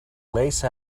lace